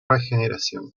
regeneración